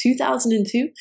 2002